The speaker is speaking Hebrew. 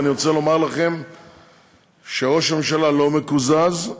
ואני רוצה לומר לכם שראש הממשלה לא מקוזז,